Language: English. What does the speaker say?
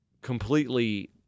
completely